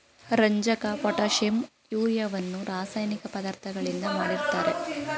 ರಂಜಕ, ಪೊಟ್ಯಾಷಿಂ, ಯೂರಿಯವನ್ನು ರಾಸಾಯನಿಕ ಪದಾರ್ಥಗಳಿಂದ ಮಾಡಿರ್ತರೆ